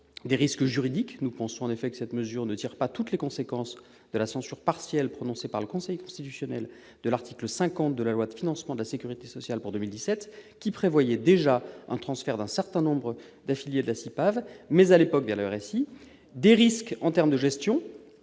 aux risques juridiques. Selon nous, cette mesure ne tire pas toutes les conséquences de la censure partielle, prononcée par le Conseil constitutionnel, de l'article 50 de la loi de financement de la sécurité sociale pour 2017. Ces dispositions prévoyaient déjà le transfert d'un certain nombre d'affiliés de la CIPAV, mais, à l'époque, vers le RSI. Ensuite, je pense aux risques en termes de gestion